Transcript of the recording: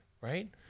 right